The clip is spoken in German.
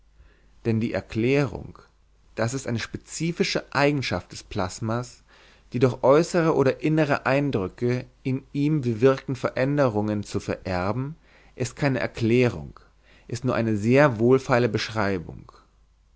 denn die erklärung das ist eine spezifische eigenschaft des plasmas die durch äußere oder innere eindrücke in ihm bewirkten veränderungen zu vererben ist keine erklärung ist nur eine sehr wohlfeile beschreibung